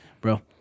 bro